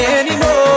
anymore